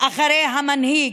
אחרי המנהיג.